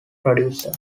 producer